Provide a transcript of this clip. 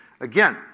Again